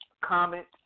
comment